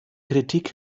kritik